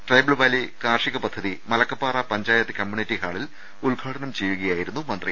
tribal valley കാർഷിക പദ്ധതി Malakkappara panchayat community ഹാളിൽ ഉദ്ഘാടനം ചെയ്യുകയായി രുന്നു മന്ത്രി